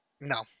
No